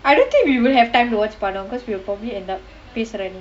I don't think we will have time to watch படம்:padam because we will probably end up பேசுறான்:pesuraan